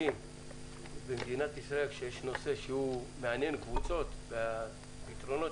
במדינת ישראל כשיש נושא שמעניין קבוצות בפתרונות